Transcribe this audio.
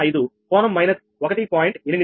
98305 కోణం మైనస్ 1